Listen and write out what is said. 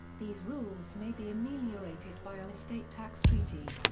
these rules may be ameliorated by an estate tax treaty.